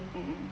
mmhmm